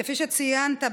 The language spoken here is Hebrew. כפי שציינת,